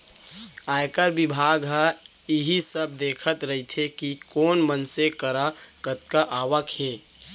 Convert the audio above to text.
आयकर बिभाग ह इही सब देखत रइथे कि कोन मनसे करा कतका आवक हे